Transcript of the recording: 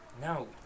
No